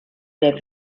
der